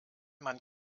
man